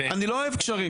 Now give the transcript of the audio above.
אני לא אוהב גשרים.